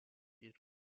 each